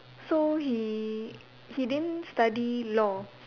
so he he didn't study law